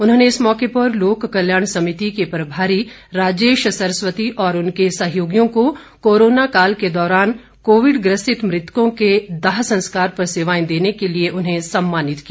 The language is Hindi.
उन्होंने इस मौके पर लोक कल्याण समिति के प्रभारी राजेश सरस्वती और उनके सहयोगियों को कोरोना काल के दौरान कोविड ग्रसित मृतकों के दाह संस्कार पर सेवाएं देने के लिए उन्हें सम्मानित किया